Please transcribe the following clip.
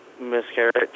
miscarriage